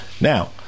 Now